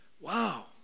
Wow